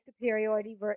superiority